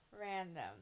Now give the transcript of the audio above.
Random